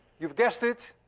you've guessed it.